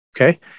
Okay